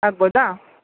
ಆಗ್ಬೋದಾ